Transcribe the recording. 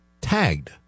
tagged